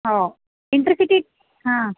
ಹೊ intercity ಹಾಂ